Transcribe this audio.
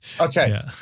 Okay